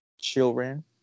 children